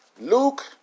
Luke